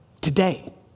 Today